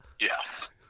Yes